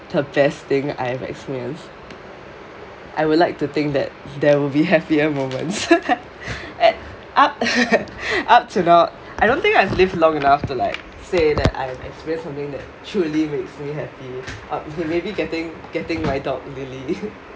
the best thing I have experienced I would like to think that there would be happier moments up up to not I don't think I have lived long enough to like say that I have experience something that truly makes me happy uh maybe getting getting my dog Lily